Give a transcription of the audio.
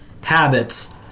habits